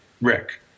Rick